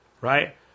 Right